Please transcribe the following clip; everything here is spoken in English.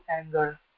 anger